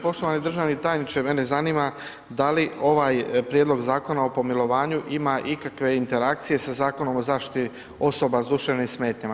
Poštovani državni tajniče mene zanima da li ovaj Prijedlog Zakona o pomilovanju ima ikakve interakcije sa Zakonom o zaštiti osoba s duševnim smetnjama.